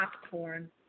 popcorn